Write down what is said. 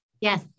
yes